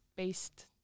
based